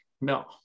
No